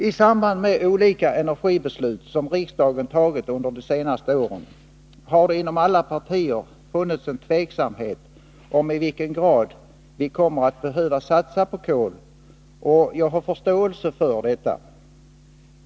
I samband med de olika energibeslut som riksdagen fattat under de senaste åren har det inom alla partier funnits en tveksamhet om i vilken grad vi kommer att behöva satsa på kol, och jag har förståelse för detta.